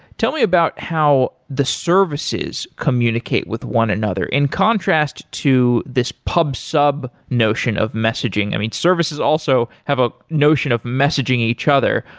tell me about how the services communicate with one another? in contrast to this pub sub notion of messaging, i mean, services also have a notion of messaging each other.